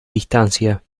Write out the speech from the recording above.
distancia